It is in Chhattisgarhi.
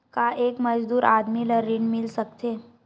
का एक मजदूर आदमी ल ऋण मिल सकथे?